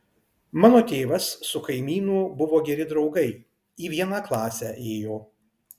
mano tėvas su kaimynu buvo geri draugai į vieną klasę ėjo